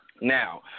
Now